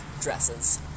dresses